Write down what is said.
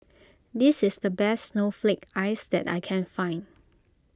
this is the best Snowflake Ice that I can find